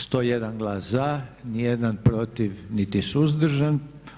101 glasa za, nijedan protiv niti suzdržan.